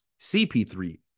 CP3